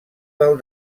del